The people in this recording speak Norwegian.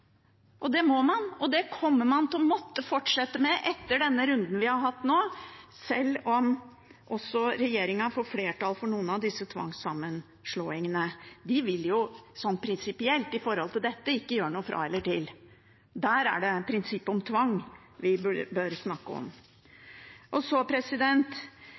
små. Det må man, og det kommer man til å måtte fortsette med etter den runden vi har hatt nå, selv om regjeringspartiene får flertall for noen av disse tvangssammenslåingene. Det vil prinsipielt – når det gjelder dette – ikke gjøre noe fra eller til. Det er prinsippet om tvang vi bør snakke om. Så